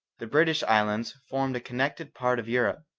the british islands formed a connected part of europe.